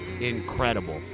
Incredible